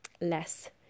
less